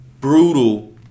brutal